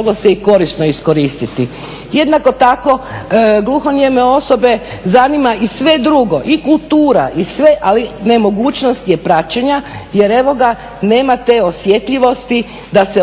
to moglo se i korisno iskoristiti. Jednako tako gluhonijeme osobe zanima i sve drugo, i kultura i sve, ali nemogućnost je praćenja jer evo ga nema te osjetljivosti da se